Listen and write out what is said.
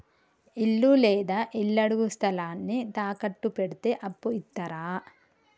ఇల్లు లేదా ఇళ్లడుగు స్థలాన్ని తాకట్టు పెడితే అప్పు ఇత్తరా?